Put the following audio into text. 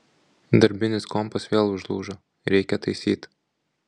darbinis kompas vėl užlūžo reikia taisyt